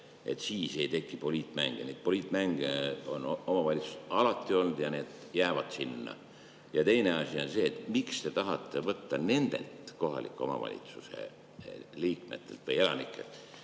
siis ei teki poliitmänge. Neid poliitmänge on omavalitsustel alati olnud ja need jäävad sinna. Ja teine asi on see: miks te tahate võtta nendelt kohaliku omavalitsuse liikmetelt või elanikelt,